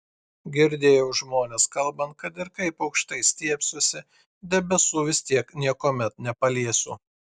girdėjau žmones kalbant kad ir kaip aukštai stiebsiuosi debesų vis tiek niekuomet nepaliesiu